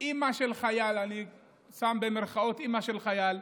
אימא של חייל, אני שם במירכאות "אימא של חייל"